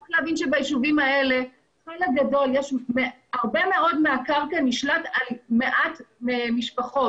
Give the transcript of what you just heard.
צריך להבין שביישובים האלה הרבה מאוד מהקרקע נשלטת על-ידי מעט משפחות.